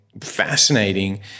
fascinating